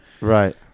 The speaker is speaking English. Right